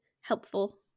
helpful